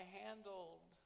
handled